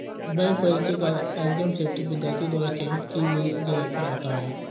bank परीक्षा का exam centre विद्यार्थी द्वारा चयनित की गई जगह पर आता है